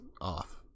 off